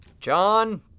John